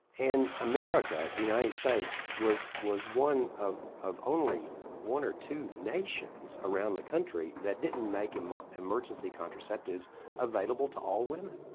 in america, the united states, was was one of of only one or two nations around the country that didn't make um ah emergency contraceptives available to all women.